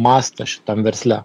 mastą šitam versle